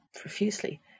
profusely